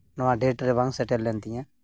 ᱱᱚᱣᱟ ᱰᱮᱴ ᱨᱮ ᱵᱟᱝ ᱥᱮᱴᱮᱨ ᱞᱮᱱ ᱛᱤᱧᱟᱹ